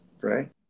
right